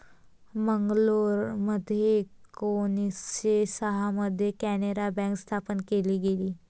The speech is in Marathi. मंगलोरमध्ये एकोणीसशे सहा मध्ये कॅनारा बँक स्थापन केली गेली